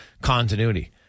continuity